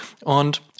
Und